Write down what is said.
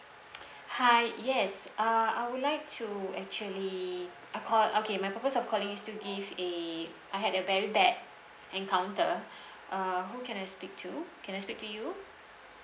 hi yes uh I would like to actually I call okay my purpose of calling to give a I had a very bad encounter uh who can I speak to can I speak to you